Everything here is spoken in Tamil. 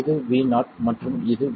இது Vo மற்றும் இது Vd